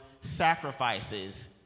sacrifices